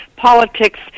politics